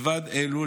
מלבד אלו,